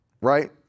right